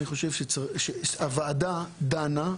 הוועדה דנה,